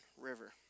River